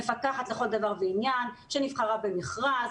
מפקחת לכל דבר ועניין שנבחרה במכרז,